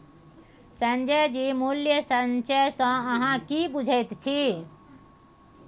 संजय जी मूल्य संचय सँ अहाँ की बुझैत छी?